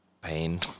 pain